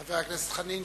חבר הכנסת חנין,